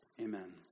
Amen